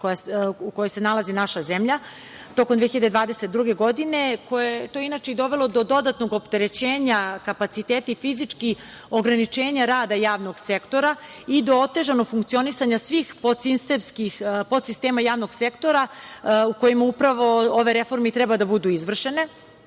u kojoj se nalazi naša zemlja tokom 2020. godine. To je, inače, i dovelo dodatnog opterećenja kapaciteta i fizički ograničenja rada javnog sektora i do otežanog funkcionisanja podsistema javnog sektora u kojim upravo ove reforme i treba da budu izvršene.